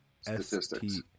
statistics